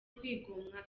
kwigomwa